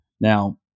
Now